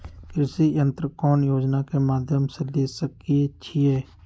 कृषि यंत्र कौन योजना के माध्यम से ले सकैछिए?